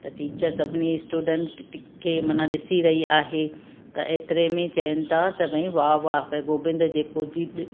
त टीचर सभिनी स्टूडेंट खे माना ॾिसी रही आहे त एतिरे में चवनि था त भई वाह वाह गोबिंद जेको बि